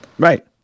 Right